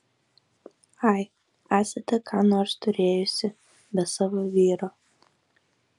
ai esate ką nors turėjusi be savo vyro